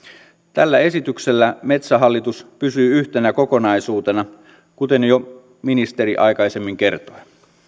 tällä esityksellä metsähallitus pysyy yhtenä kokonaisuutena kuten jo ministeri aikaisemmin kertoi